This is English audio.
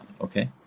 Okay